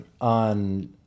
on